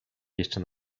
jeszcze